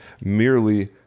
merely